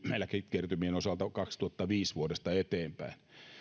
eläkekertymien osalta vasta vuodesta kaksituhattaviisi eteenpäin